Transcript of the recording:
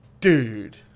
dude